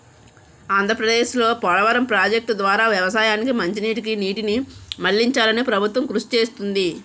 ఆంధ్రప్రదేశ్లో పోలవరం ప్రాజెక్టు ద్వారా వ్యవసాయానికి మంచినీటికి నీటిని మళ్ళించాలని ప్రభుత్వం కృషి చేస్తుంది